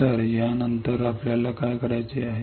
तर या नंतर आपल्याला काय करायचे आहे